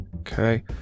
Okay